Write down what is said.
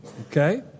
Okay